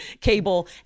cable